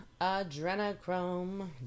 adrenochrome